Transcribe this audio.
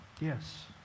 Yes